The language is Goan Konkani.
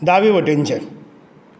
दावे वटेनचें